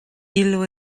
illo